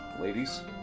Ladies